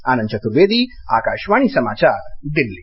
आनंद चतुर्वेदी आकाशवाणी समाचार दिल्ली